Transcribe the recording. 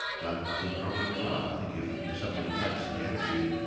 but i think probably you're right, i think if if somebody takes the attitude,